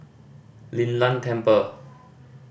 Lin Tan Temple